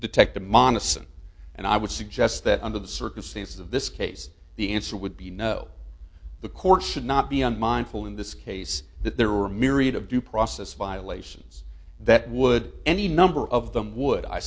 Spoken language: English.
assent and i would suggest that under the circumstances of this case the answer would be no the court should not be unmindful in this case that there are a myriad of due process violations that would any number of them would i